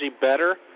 better